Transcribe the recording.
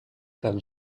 tan